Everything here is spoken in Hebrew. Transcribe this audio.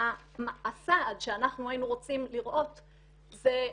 הסעד שאנחנו היינו רוצים לראות זה,